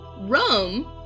rome